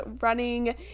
running